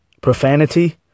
Profanity